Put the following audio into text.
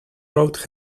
wrote